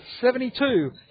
72